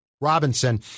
Robinson